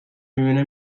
میبینه